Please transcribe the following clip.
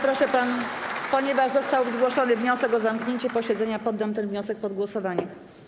Ponieważ został zgłoszony wniosek o zamknięcie posiedzenia, poddam ten wniosek pod głosowanie.